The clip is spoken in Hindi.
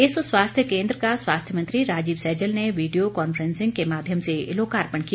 इस स्वास्थ्य केन्द्र का स्वास्थ्य मंत्री राजीव सैजल ने वीडियो कॉन्फ्रेंसिंग के माध्यम से लोकार्पण किया